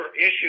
issue